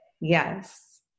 yes